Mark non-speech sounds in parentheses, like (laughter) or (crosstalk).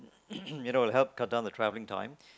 (coughs) you know it'd help cut down the travelling time